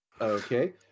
Okay